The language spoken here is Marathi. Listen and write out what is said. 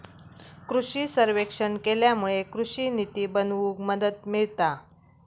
कृषि सर्वेक्षण केल्यामुळे कृषि निती बनवूक मदत मिळता